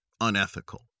unethical